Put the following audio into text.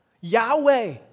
Yahweh